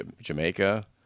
Jamaica